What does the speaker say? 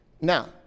Now